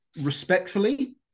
respectfully